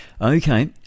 Okay